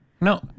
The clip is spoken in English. No